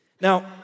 Now